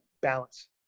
balance